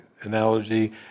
analogy